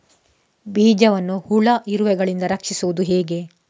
ಬೀಜವನ್ನು ಹುಳ, ಇರುವೆಗಳಿಂದ ರಕ್ಷಿಸುವುದು ಹೇಗೆ?